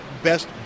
best